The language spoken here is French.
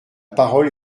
parole